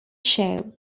show